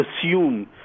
assume